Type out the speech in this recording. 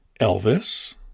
Elvis